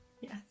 yes